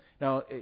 Now